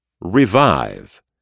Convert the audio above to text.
Revive